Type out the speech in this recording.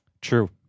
True